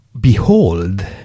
behold